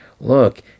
look